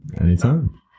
Anytime